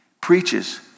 preaches